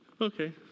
Okay